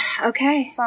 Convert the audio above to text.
Okay